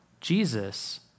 Jesus